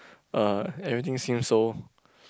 uh everything seems so